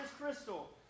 crystal